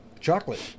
Chocolate